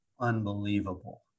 Unbelievable